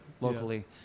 locally